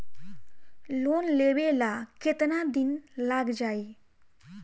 Loan लेबे ला कितना दिन लाग जाई?